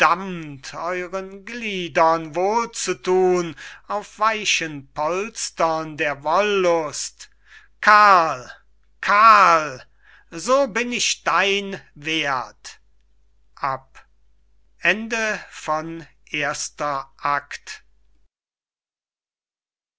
euren gliedern wohl zu thun auf weichen polstern der wohllust karl karl so bin ich dein werth